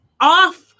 off